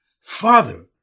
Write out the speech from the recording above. father